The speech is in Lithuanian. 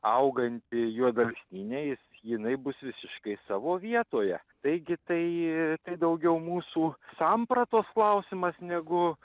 auganti juodalksnyje jis jinai bus visiškai savo vietoje taigi tai tai daugiau mūsų sampratos klausimas negu